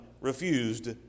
refused